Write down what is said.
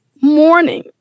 morning